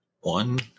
one